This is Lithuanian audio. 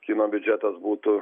kino biudžetas būtų